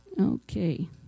Okay